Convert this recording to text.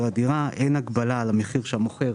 הדירה וגם אין הגבלה על המחיר שהמוכר